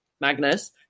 Magnus